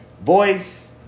voice